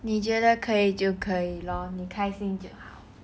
你觉得可以就可以 lor 你开心就好